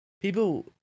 People